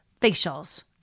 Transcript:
facials